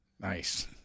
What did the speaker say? Nice